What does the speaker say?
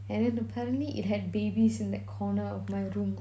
and then apparently it had babies in that corner of my room